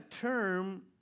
term